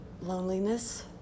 Loneliness